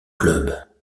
club